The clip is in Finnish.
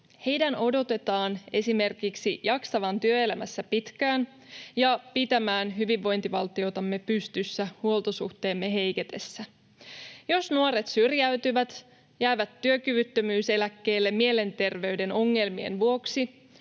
Heidän odotetaan esimerkiksi jaksavan työelämässä pitkään ja pitävän hyvinvointivaltiotamme pystyssä huoltosuhteemme heiketessä. Jos nuoret syrjäytyvät, jäävät työkyvyttömyyseläkkeelle mielenterveyden ongelmien vuoksi,